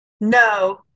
no